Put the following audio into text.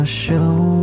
show